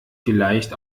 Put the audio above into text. vielleicht